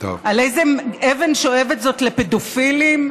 על איזו אבן שואבת זו לפדופילים?